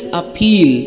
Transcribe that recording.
appeal